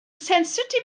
sensitif